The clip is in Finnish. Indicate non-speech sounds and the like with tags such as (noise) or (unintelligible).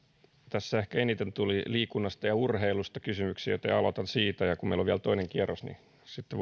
tässä ehkä eniten tuli liikunnasta ja urheilusta kysymyksiä joten aloitan siitä ja kun meillä on vielä toinen kierros niin sitten (unintelligible)